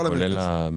הפריפריה.